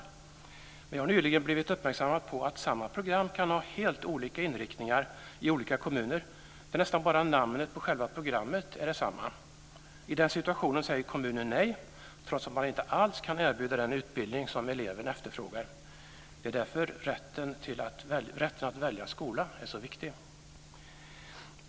Men jag har nyligen blivit uppmärksammad på att samma program kan ha helt olika inriktningar i olika kommuner där nästan bara namnet på själva programmet är detsamma. I den situationen säger kommunen nej, trots att man inte alls kan erbjuda den utbildning som eleven efterfrågar. Det är därför rätten att välja skola är så viktig.